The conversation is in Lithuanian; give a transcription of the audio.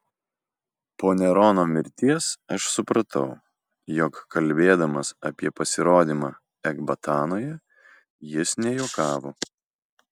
po nerono mirties aš supratau jog kalbėdamas apie pasirodymą ekbatanoje jis nejuokavo